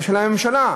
של הממשלה.